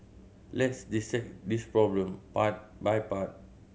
let's dissect this problem part by part